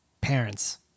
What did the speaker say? parents